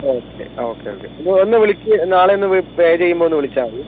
okay അ okay okay ഒന്ന് വിളിക്ക് നാളെ ഒന്ന് പേ ചെയ്യുമ്പോൾ ഒന്ന് വിളിച്ചാൽ മതി